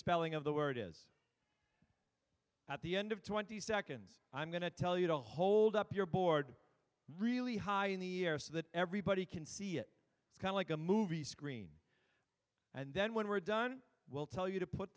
spelling of the word is at the end of twenty seconds i'm going to tell you to hold up your board really high in the air so that everybody can see it come like a movie screen and then when we're done we'll tell you to put